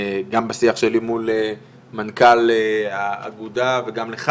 גם בשיח שלי מול מנכ"ל האגודה וגם לך